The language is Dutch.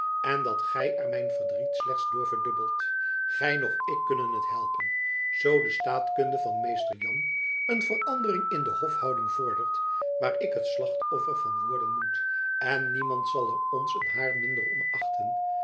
en dat gy er mijn verdriet slechts door verdubbelt gy noch ik kunnen het helpen zoo de staatkunde van mr jan een verandering in de hofhouding vordert waar ik het slachtoffer van worden moet en niemand zal er ons een hair minder om achten